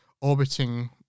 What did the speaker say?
orbiting